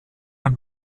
ein